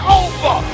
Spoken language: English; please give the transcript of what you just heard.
over